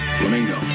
Flamingo